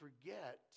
forget